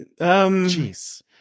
Jeez